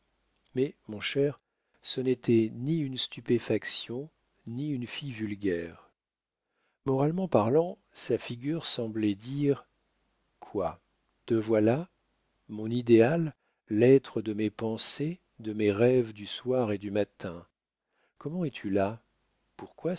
mais mon cher ce n'était ni une stupéfaction ni une fille vulgaire moralement parlant sa figure semblait dire quoi te voilà mon idéal l'être de mes pensées de mes rêves du soir et du matin comment es-tu là pourquoi